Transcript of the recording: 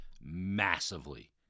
massively